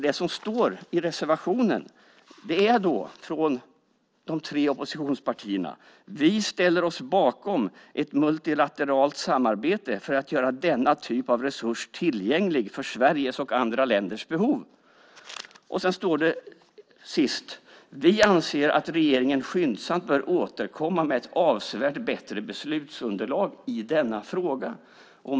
Det som står i reservationen från de tre oppositionspartierna är: Vi ställer oss bakom multilateralt samarbete för att göra denna typ av resurs tillgänglig för Sveriges och andra länders behov. Sedan står det till sist: Vi anser att regeringen skyndsamt bör återkomma med ett avsevärt bättre beslutsunderlag i denna fråga.